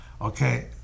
Okay